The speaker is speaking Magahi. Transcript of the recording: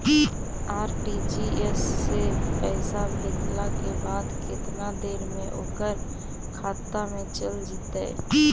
आर.टी.जी.एस से पैसा भेजला के बाद केतना देर मे ओकर खाता मे चल जितै?